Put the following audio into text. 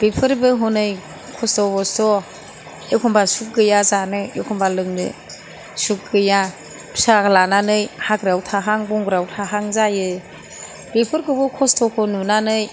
बेफोरबो हनै खस्थ' बस्थ' एखनबा सुख गैया जानो एखनबा लोंनो सुगैया फिसा लानानै हाग्रायाव थाहां बंग्रायाव थाहां जायो बेफोरखौबो खस्थ'खौ नुनानै